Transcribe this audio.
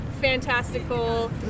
fantastical